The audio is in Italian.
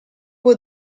può